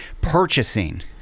purchasing